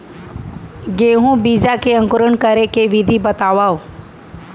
गेहूँ बीजा के अंकुरण करे के विधि बतावव?